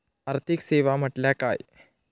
आर्थिक सेवा म्हटल्या काय?